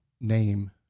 name